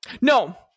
No